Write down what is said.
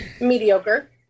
mediocre